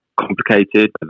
complicated